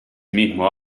mismo